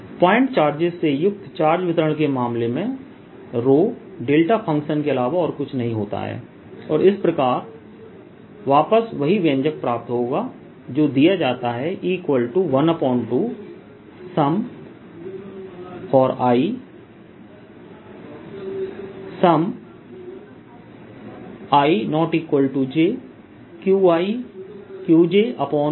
E12VrrdV point charges से युक्त charge वितरण के मामले में रो डेल्टा फ़ंक्शनDelta Function δ के अलावा और कुछ नहीं होता है और इस प्रकार वापस वही व्यंजक प्राप्त होगा जो दिया जाता है E12ij i≠j QiQj4π0